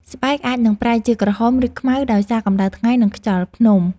ស្បែកអាចនឹងប្រែជាក្រហម ឬខ្មៅដោយសារកម្ដៅថ្ងៃ និងខ្យល់ភ្នំ។